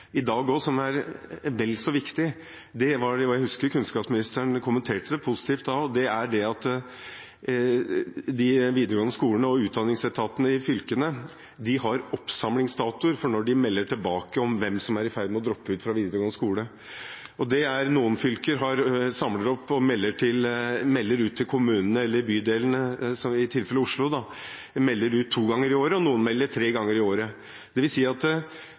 vel så viktig – jeg husker kunnskapsministeren kommenterte det positivt da – og det er at de videregående skolene og utdanningsetatene i fylkene har oppsamlingsdatoer for når de melder tilbake om hvem som er i ferd med å droppe ut av videregående skole. Noen fylker samler opp og melder fra til kommunene, til bydelene i Oslos tilfelle, to ganger i året, og noen melder fra tre ganger i året. Det vil si at